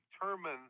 determine